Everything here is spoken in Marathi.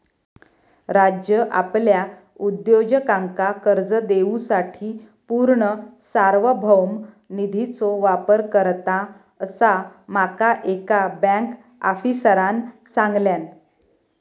राज्य आपल्या उद्योजकांका कर्ज देवूसाठी पूर्ण सार्वभौम निधीचो वापर करता, असा माका एका बँक आफीसरांन सांगल्यान